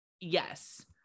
Yes